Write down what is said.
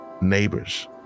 neighbors